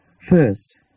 first